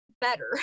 better